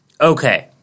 Okay